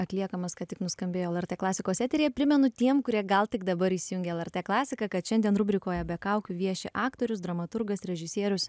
atliekamas ką tik nuskambėjo lrt klasikos eteryje primenu tiem kurie gal tik dabar įsijungė lrt klasiką kad šiandien rubrikoje be kaukių vieši aktorius dramaturgas režisierius